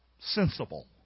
sensible